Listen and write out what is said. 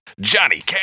johnny